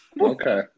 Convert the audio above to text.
Okay